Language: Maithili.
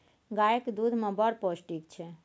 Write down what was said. गाएक दुध मे बड़ पौष्टिक छै